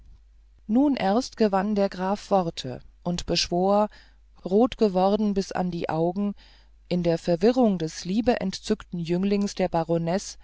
nun erst gewann der graf worte und beschwor rot geworden bis an die augen in der verwirrung des liebeentzückten jünglings die